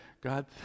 God